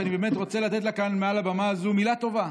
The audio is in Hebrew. שאני באמת רוצה לתת לה כאן מעל הבמה הזו מילה טובה,